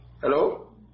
Hello